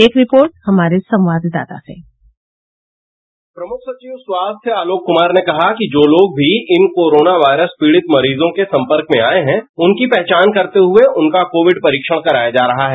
एक रिपोर्ट हमारे संवाददाता से प्रमुख सचिव स्वास्थ्य आलोक कुमार ने कहा कि जो लोग भी इन कोरोना वायरस पीडित मरीजों के संपर्क में आए हैं उनकी पहचान करते हुए उनका कोविड परीक्षण कराया जा रहा है